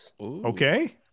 okay